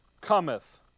cometh